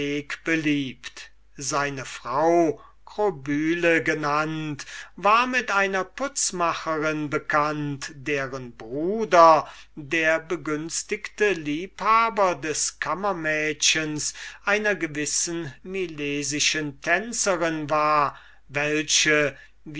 beliebt seine frau krobyle war mit einer putzmacherin bekannt deren bruder der begünstigte liebhaber des aufwartmädchens einer gewissen milesischen tänzerin war welche